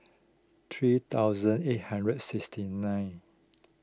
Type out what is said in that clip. three thousand eight hundred sixty nine